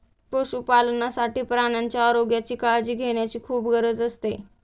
पशुपालनासाठी प्राण्यांच्या आरोग्याची काळजी घेण्याची खूप गरज असते